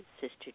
Sister